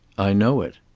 i know it.